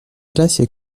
glacier